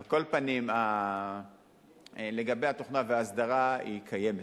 על כל פנים, לגבי התוכנה וההסדרה, היא קיימת.